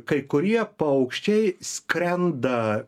kai kurie paukščiai skrenda